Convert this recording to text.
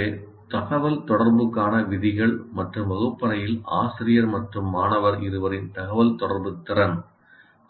எனவே தகவல்தொடர்புக்கான விதிகள் மற்றும் வகுப்பறையில் ஆசிரியர் மற்றும் மாணவர் இருவரின் தகவல்தொடர்பு திறன்